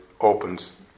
opens